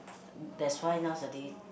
that's why nowadays